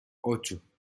ocho